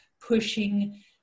pushing